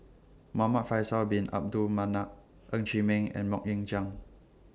Muhamad Faisal Bin Abdul Manap Ng Chee Meng and Mok Ying Jang